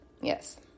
Yes